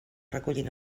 recullin